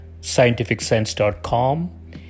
scientificsense.com